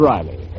Riley